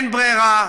אין ברירה,